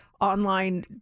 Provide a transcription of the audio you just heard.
online